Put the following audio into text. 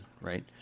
right